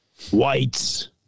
Whites